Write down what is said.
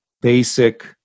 basic